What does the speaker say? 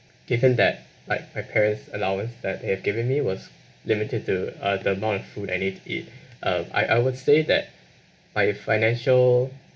given that like my parents allowance that they've given me was limited to uh the amount of food I need to eat uh I I would say that my financial